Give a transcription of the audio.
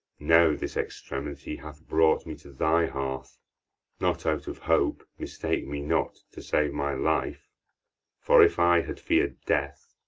now, this extremity hath brought me to thy hearth not out of hope, mistake me not, to save my life for if i had fear'd death,